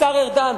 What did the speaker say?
השר ארדן,